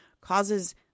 causes